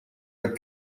with